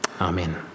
Amen